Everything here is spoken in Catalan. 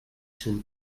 son